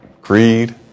greed